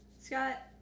Scott